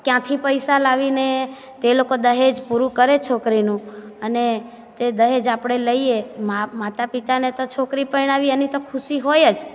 ક્યાંથી પૈસા લાવીને તે લોકો દહેજ પૂરું કરે છોકરીનું અને તે દહેજ આપણે લઈએ મા માતા પિતાને તો છોકરી પરણાવી એની તો ખુશી હોય જ